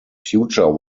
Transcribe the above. future